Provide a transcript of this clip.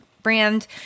brand